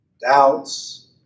doubts